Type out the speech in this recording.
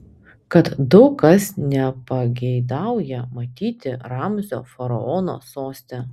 kad daug kas nepageidauja matyti ramzio faraono soste